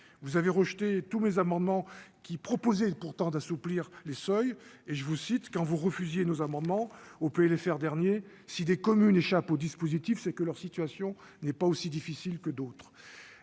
vous avez rejeté tous les amendements qui proposait pourtant d'assouplir les seuils et je vous cite : quand vous refusiez nos amendements au PLFR dernier si des communes échappent aux dispositifs, c'est que leur situation n'est pas aussi difficile que d'autres